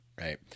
Right